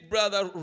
Brother